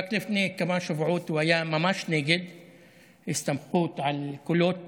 רק לפני כמה שבועות הוא היה ממש נגד הסתמכות על קולות